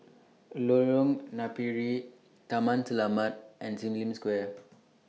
Lorong Napiri Taman Selamat and SIM Lim Square